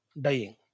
dying